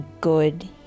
good